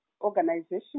organization